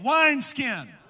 wineskin